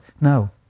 No